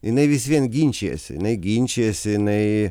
jinai vis vien ginčijasi jinai ginčijasi jinai